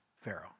Pharaoh